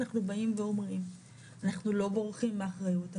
אנחנו באים ואומרים - אנחנו לא בורחים מאחריות.